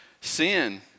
sin